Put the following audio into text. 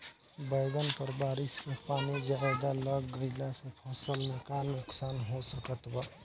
बैंगन पर बारिश के पानी ज्यादा लग गईला से फसल में का नुकसान हो सकत बा?